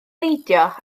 neidio